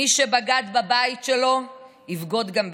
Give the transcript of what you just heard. מי שבגד בבית שלו, יבגוד גם בכם.